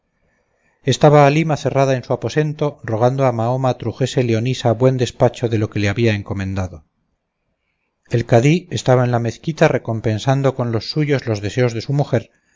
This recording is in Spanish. estaba halima cerrada en su aposento rogando a mahoma trujese leonisa buen despacho de lo que le había encomendado el cadí estaba en la mezquita recompensando con los suyos los deseos de su mujer